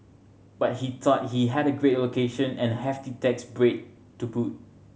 but he thought he had a great location and a hefty tax break to boot